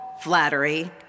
flattery